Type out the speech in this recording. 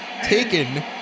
taken